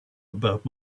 about